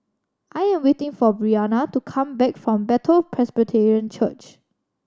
I am waiting for Brianna to come back from Bethel Presbyterian Church